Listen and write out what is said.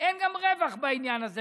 ואין גם רווח בעניין הזה,